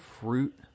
fruit